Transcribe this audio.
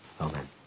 Amen